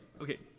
Okay